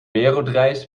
wereldreis